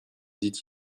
dit